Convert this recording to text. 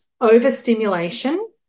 overstimulation